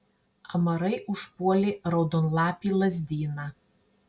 amarai užpuolė raudonlapį lazdyną